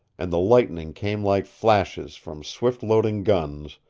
and the lightning came like flashes from swift-loading guns,